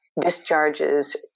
discharges